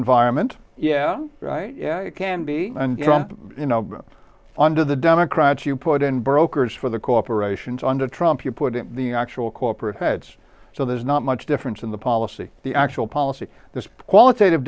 environment yeah right yeah it can be and you know under the democrats you put in brokers for the corporations under trump you put in the actual corporate heads so there's not much difference in the policy the actual policy the qualit